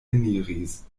eniris